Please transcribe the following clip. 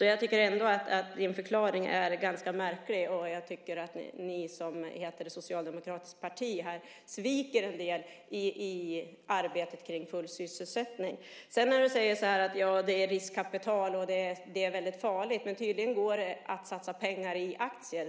Jag tycker att din förklaring är ganska märklig. Jag tycker att ni som heter det socialdemokratiska partiet sviker en del i arbetet för full sysselsättning. Sedan säger du att det är riskkapital och det är väldigt farligt. Tydligen går det att satsa pengar i aktier.